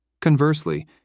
Conversely